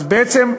אז בעצם,